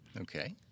Okay